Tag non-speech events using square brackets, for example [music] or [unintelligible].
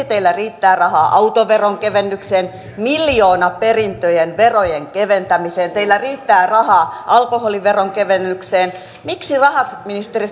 [unintelligible] teillä riittää rahaa autoveron kevennykseen miljoonaperintöjen verojen keventämiseen teillä riittää rahaa alkoholiveron kevennykseen miksi rahat ministeri [unintelligible]